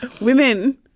women